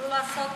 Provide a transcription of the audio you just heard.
לעשות משהו.